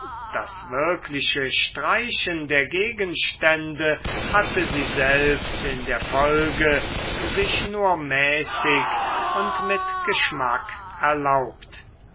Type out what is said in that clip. das wirkliche streichen der gegenstände hatte sie selbst in der folge sich nur mäßig und mit geschmack erlaubt